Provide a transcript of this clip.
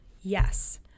Yes